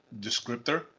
descriptor